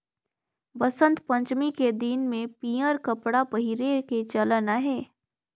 बसंत पंचमी के दिन में पीयंर कपड़ा पहिरे के चलन अहे